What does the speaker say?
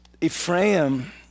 Ephraim